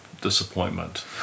disappointment